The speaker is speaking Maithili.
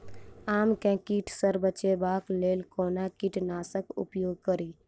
आम केँ कीट सऽ बचेबाक लेल कोना कीट नाशक उपयोग करि?